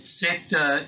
sector